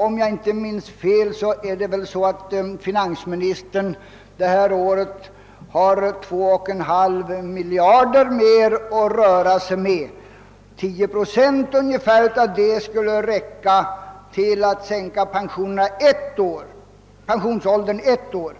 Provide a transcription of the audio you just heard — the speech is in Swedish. Om jag inte minns fel har finansministern detta år 2,5 miljarder mer att röra sig med än i fjol, och ungefär 10 procent av det beloppet skulle räcka till en sänkning av pensionsåldern med ett år.